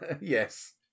Yes